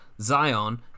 Zion